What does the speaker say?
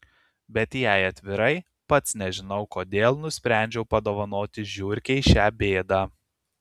bet jei atvirai pats nežinau kodėl nusprendžiau padovanoti žiurkei šią bėdą